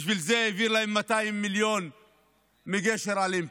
ובשביל זה הוא העביר להם 200 מיליון שקל מגשר אלנבי.